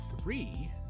three